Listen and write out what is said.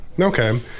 Okay